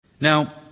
Now